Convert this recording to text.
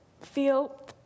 feel